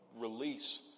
release